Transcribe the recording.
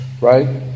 right